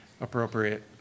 appropriate